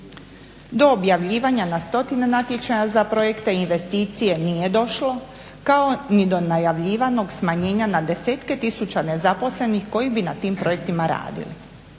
Do objavljivanja na stotine natječaja za projekte i investicije nije došlo kao ni do najavljivanog smanjenja na desetke tisuća nezaposlenih koji bi na tim projektima radili.